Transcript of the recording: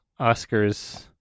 Oscars